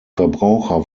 verbraucher